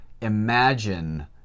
imagine